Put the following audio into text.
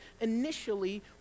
initially